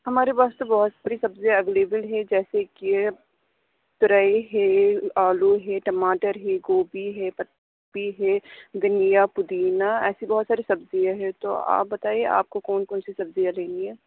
ہمارے پاس تو بہت ساری سبزیاں اویلیبل ہیں جیسے کہ ترئی ہے آلو ہے ٹماٹر ہے گوبھی ہے پتّی ہے دھنیاں پودینہ ایسی بہت ساری سبزیاں ہیں تو آپ بتائیے آپ کو کون کون سی سبزیاں دینی ہیں